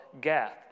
Gath